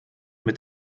mit